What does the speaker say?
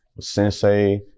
Sensei